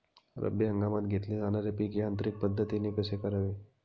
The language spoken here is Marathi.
रब्बी हंगामात घेतले जाणारे पीक यांत्रिक पद्धतीने कसे करावे?